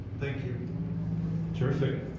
thank you terrific,